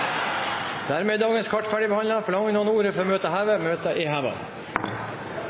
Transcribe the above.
Dermed er dagens kart ferdigbehandlet. Forlanger noen ordet før møtet heves? – Møtet er